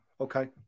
Okay